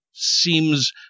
seems